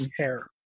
hair